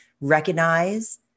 recognize